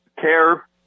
CARE